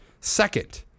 Second